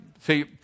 See